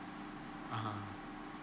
(uh huh)